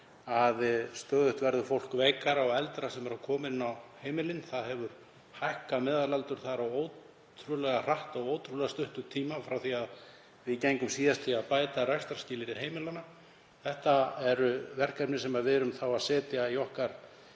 að stöðugt verður fólk veikara og eldra sem kemur inn á heimilin. Þar hefur meðalaldur hækkað ótrúlega hratt á ótrúlega stuttum tíma, frá því að við gengum síðast í að bæta rekstrarskilyrði heimilanna. Þetta eru verkefni sem við erum að setja í okkar